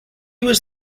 was